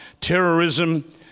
terrorism